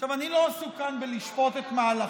עכשיו, אני לא עסוק כאן בלשפוט את מהלכיו